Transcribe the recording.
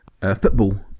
football